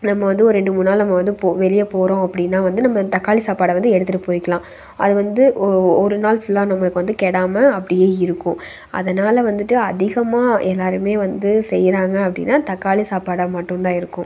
நம்ம வந்து ஒரு ரெண்டு மூணு நாள் நம்ம வந்து வெளியப்போகிறோம் அப்படின்னா வந்து நம்ம தக்காளி சாப்பாடை வந்து எடுத்துட்டு போய்க்கலாம் அது வந்து ஒ ஒரு நாள் ஃபுல்லா அது நமக்கு வந்து கெடாமல் அப்படியே இருக்கும் அதனால வந்துட்டு அதிகமாக எல்லாருமே வந்து செய்கிறாங்க அப்படினா தக்காளி சாப்பாடாக மட்டுந்தான் இருக்கும்